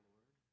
Lord